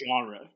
genre